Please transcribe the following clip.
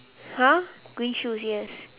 !huh! green shoes yes